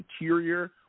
interior